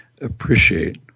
appreciate